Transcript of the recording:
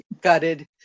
Gutted